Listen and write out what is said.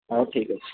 ହଉ ଠିକ୍ ଅଛି